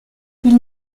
ils